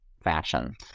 fashion